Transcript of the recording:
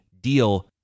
Deal